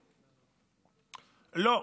לא,